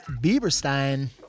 Bieberstein